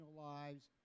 lives